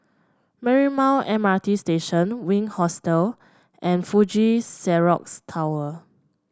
Marymount M R T Station Wink Hostel and Fuji Xerox Tower